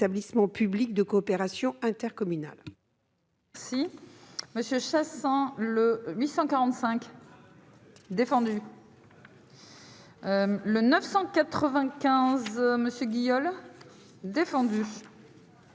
publics de coopération intercommunale.